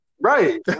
Right